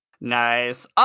Nice